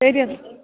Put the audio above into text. ശരി എന്നാൽ